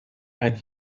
and